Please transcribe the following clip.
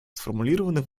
сформулированных